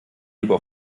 lieber